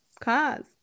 Cars